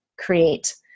create